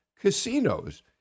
casinos